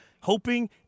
hoping